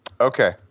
Okay